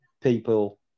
people